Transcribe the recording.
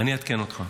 אני אעדכן אותך.